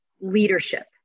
leadership